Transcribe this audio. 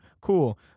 cool